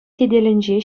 тетелӗнче